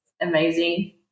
amazing